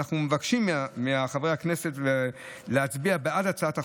ומבקשים מחברי הכנסת להצביע בעד הצעת החוק,